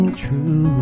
true